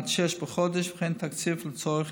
עד שש בחודש, וכן תקציב לצורך